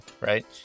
right